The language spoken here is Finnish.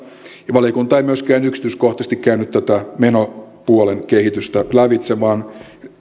valiokunta ei myöskään yksityiskohtaisesti käynyt tätä menopuolen kehitystä lävitse vaan